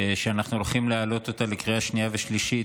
שאנחנו הולכים להעלות אותה לקריאה שנייה ושלישית,